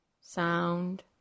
sound